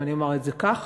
אם אני אומר את זה כך,